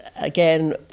Again